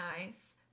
nice